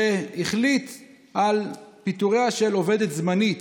שהחליט על פיטוריה של עובדת זמנית